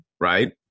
right